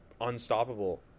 unstoppable